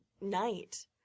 night